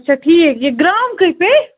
اَچھا ٹھیٖک یہِ گرٛام کٔہۍ پیٚیہِ